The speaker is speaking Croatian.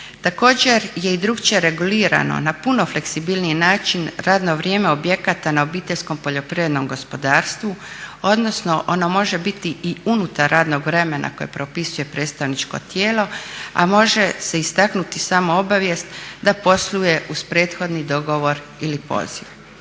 Također je i drukčije regulirano na puno fleksibilniji način radno vrijeme objekata na obiteljskom poljoprivrednom gospodarstvu odnosno ono može biti i unutar radnog vremena koje propisuje predstavničko tijelo a može se istaknuti samo obavijest da posluje uz prethodni dogovor ili poziv.